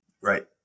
right